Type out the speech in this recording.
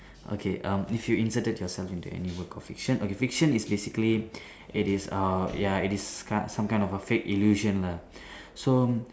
okay um if you inserted yourself into any work of fiction okay fiction is basically it is uh ya it is kind some kind of a fake illusion lah so